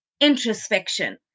introspection